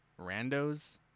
randos